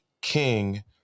King